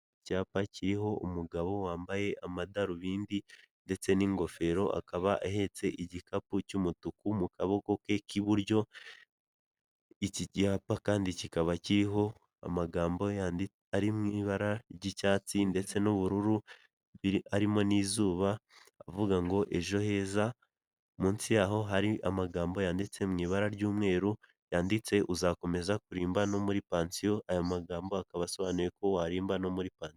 Icyapa kiriho umugabo wambaye amadarubindi, ndetse n'ingofero akaba ahetse igikapu cy'umutuku mu kaboko ke k'iburyo, iki cyapa kandi kikaba kiriho amagambo ari mu ibara ry'icyatsi ndetse n'ubururu, arimo n'izuba avuga ngo ejo heza, munsi yaho hari amagambo yanditse mu ibara ry'umweru yanditse uzakomeza kurimba no muri pansiyo, aya magambo akaba asobanuye ko warimba no muri pa